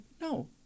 No